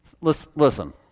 Listen